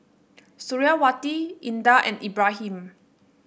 Suriawati Indah and Ibrahim